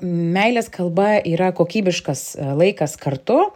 meilės kalba yra kokybiškas laikas kartu